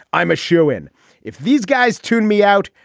i'm a shoo in if these guys tune me out.